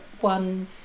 one